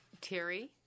terry